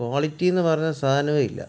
ക്വാളിറ്റിന്നു പറഞ്ഞ സാധനമേ ഇല്ല